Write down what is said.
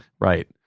Right